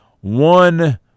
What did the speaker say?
one